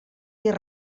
dir